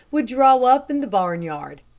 would draw up in the barnyard.